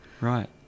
Right